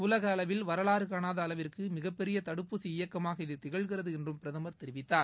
உலக அளவில் வரலாறு காணாத அளவிற்கு மிகப்பெரிய தடுப்பூசி இயக்கமாக இது திகழ்கிறது என்றும் பிரதமர் தெரிவித்தார்